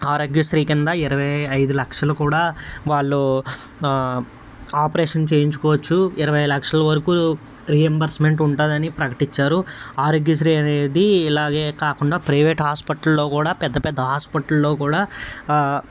ఆరోగ్య శ్రీ కింద ఇరవై ఐదు లక్షలు కూడా వాళ్ళు ఆపరేషన్ చేయించుకోవచ్చు ఇరవై లక్షలు వరకూ రియంబర్స్మెంట్ ఉంటుందని ప్రకటించారు ఆరోగ్య శ్రీ అనేది ఇలాగే కాకుండా ప్రైవేట్ హాస్పిటల్లో కూడా పెద్ద పెద్ద హాస్పిటల్లో కూడా